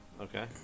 okay